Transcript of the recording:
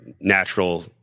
natural